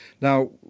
Now